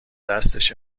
دستش